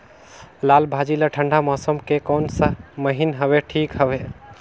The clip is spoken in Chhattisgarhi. लालभाजी ला ठंडा मौसम के कोन सा महीन हवे ठीक हवे?